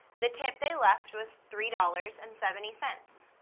the tip they left was three dollars and seventy cents.